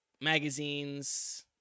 magazines